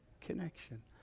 connection